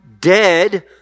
dead